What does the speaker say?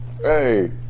Hey